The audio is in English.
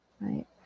right